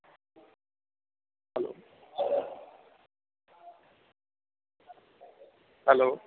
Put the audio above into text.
hello